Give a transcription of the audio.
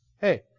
hey